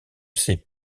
sais